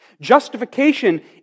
Justification